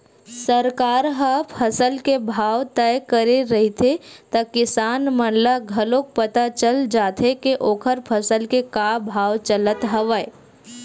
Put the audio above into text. सरकार ह फसल के भाव तय करे रहिथे त किसान मन ल घलोक पता चल जाथे के ओखर फसल के का भाव चलत हवय